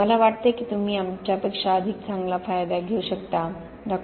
मला वाटते की तुम्ही आमच्यापेक्षा अधिक चांगला फायदा घेऊ शकता डॉ